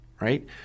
right